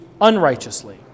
unrighteously